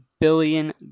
billion